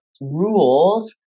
rules